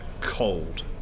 Cold